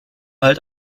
halt